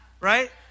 right